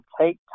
Take